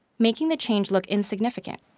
making the change look insignificant.